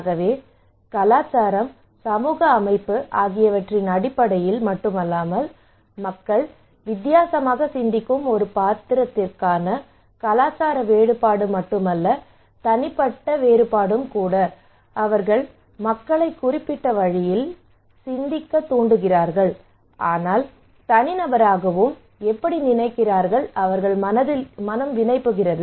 ஆகவே கலாச்சாரம் சமூக அமைப்பு ஆகியவற்றின் அடிப்படையில் மட்டுமல்லாமல் மக்கள் வித்தியாசமாக சிந்திக்கும் ஒரு பாத்திரத்திற்கான கலாச்சார வேறுபாடு மட்டுமல்ல தனிப்பட்ட தனிப்பட்ட வேறுபாடும் கூட அவர்கள் மக்களை குறிப்பிட்ட வழியில் சிந்திக்கத் தூண்டுகிறார்கள் ஆனால் ஒரு தனிநபராகவும் எப்படி நினைக்கிறார்கள் அவரது மனம் வினைபுரிகிறது